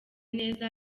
neza